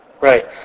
Right